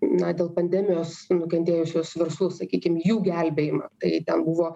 na dėl pandemijos nukentėjusius verslus sakykim jų gelbėjimą tai ten buvo